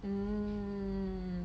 mm